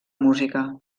música